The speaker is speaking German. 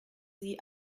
sie